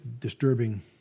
disturbing